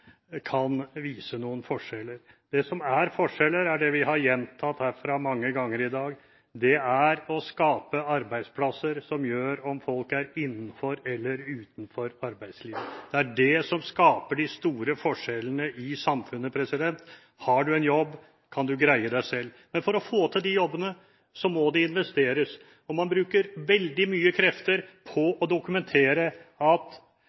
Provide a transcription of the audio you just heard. kan vise noen forskjeller. Det som er forskjeller, er det vi har gjentatt herfra mange ganger i dag. Det er å skape arbeidsplasser som gjør om folk er innenfor eller utenfor arbeidslivet. Det er det som skaper de store forskjellene i samfunnet. Har du en jobb, kan du greie deg selv. Men for å få til de jobbene, må det investeres, og man bruker veldig mye krefter på å dokumentere at